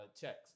checks